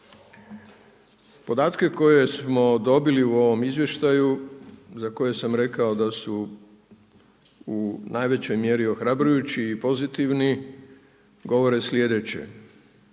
Podatke koje smo dobili u ovome izvještaju za koje sam rekao da su u najvećoj mjeri ohrabrujući i pozitivni govore sljedeće,